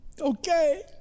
Okay